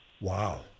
Wow